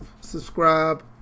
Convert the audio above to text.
subscribe